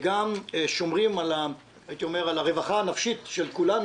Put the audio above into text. וגם שומרים על הרווחה הנפשית של כולנו?